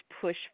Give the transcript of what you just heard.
push